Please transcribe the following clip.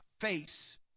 face